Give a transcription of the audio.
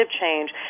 change